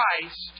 Christ